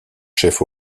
chefs